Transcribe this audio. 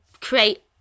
create